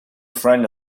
friend